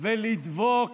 ולדבוק